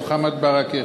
מוחמד ברכה,